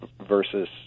versus